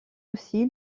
aussi